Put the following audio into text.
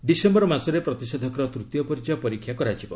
December ମାସରେ ପ୍ରତିଷେଧକର ତୂତୀୟ ପର୍ଯ୍ୟାୟ ପରୀକ୍ଷା କରାଯିବ